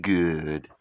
good